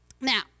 now